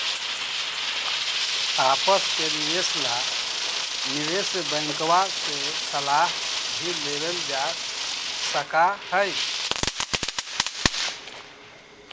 आपस के निवेश ला निवेश बैंकवा से सलाह भी लेवल जा सका हई